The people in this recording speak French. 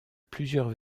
plusieurs